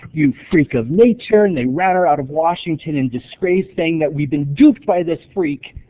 you freak of nature! and they ran her out of washington and, disgraced thing that we've been duped by this freak!